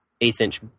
eighth-inch